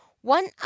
One